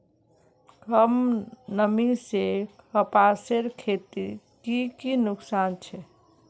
कम नमी से कपासेर खेतीत की की नुकसान छे?